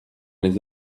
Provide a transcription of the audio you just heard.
les